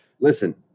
listen